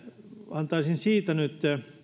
antaisin siitä nyt